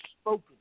spoken